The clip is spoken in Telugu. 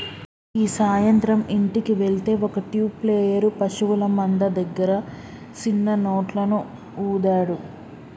గీ సాయంత్రం ఇంటికి వెళ్తే ఒక ట్యూబ్ ప్లేయర్ పశువుల మంద దగ్గర సిన్న నోట్లను ఊదాడు